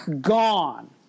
gone